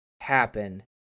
happen